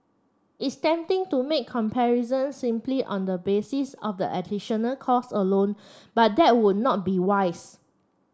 it's tempting to make comparisons simply on the basis of the additional cost alone but that would not be wise